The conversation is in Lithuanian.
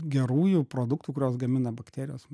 gerųjų produktų kuriuos gamina bakterijos